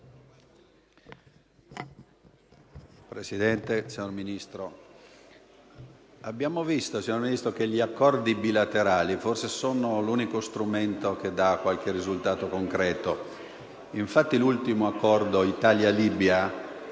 Presidente, signor Ministro, abbiamo constatato che gli accordi bilaterali forse sono l'unico strumento che dà qualche risultato concreto. Infatti l'ultimo Accordo Italia-Libia